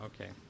okay